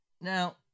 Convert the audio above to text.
Now